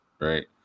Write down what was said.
right